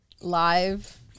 live